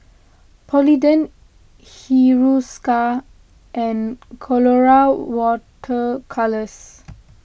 Polident Hiruscar and Colora Water Colours